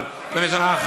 אבל במשך 11,